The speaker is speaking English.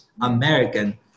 American